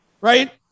right